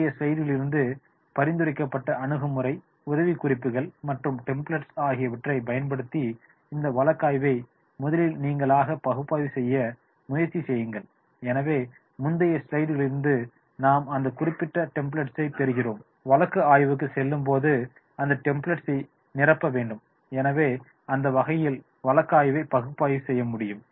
முந்தைய ஸ்லைடுகளிலிருந்து பரிந்துரைக்கப்பட்ட அணுகுமுறை உதவிக்குறிப்புகள் மற்றும் டெம்ப்ளட்ஸ்கள் ஆகியவற்றைப் பயன்படுத்தி இந்த வழக்காய்வை முதலில் நீங்களாக பகுப்பாய்வு செய்ய முயற்சி செய்யுங்கள் எனவே முந்தைய ஸ்லைடுகளிலிருந்து நாம் அந்த குறிப்பிட்ட டெம்ப்ளட்ஸ்களைப் பெறுகிறோம் வழக்கு ஆய்வுக்குச் செல்லும்போது அந்த டெம்ப்ளட்ஸ்களைப் நிரப்ப வேண்டும் எனவே அந்த வகையில் வழக்காய்வை பகுப்பாய்வு செய்ய முடியும்